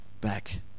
back